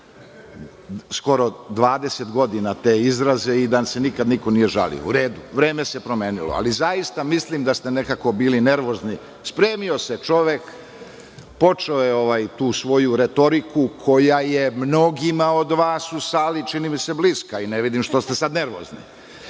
skoro 20 godina te izraze i da se nikad niko nije žalio. U redu, vreme se promenilo, ali zaista mislim da ste nekako bili nervozni. Spremio se čovek, počeo je tu svoju retoriku koja je mnogima od vas u sali, čini mi se, bliska. Ne vidim što ste sad nervozni. Ako